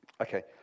Okay